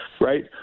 right